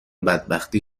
بدبختی